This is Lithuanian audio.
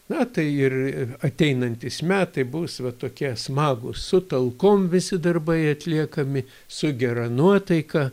na tai ir ateinantys metai bus va tokie smagūs su talkom visi darbai atliekami su gera nuotaika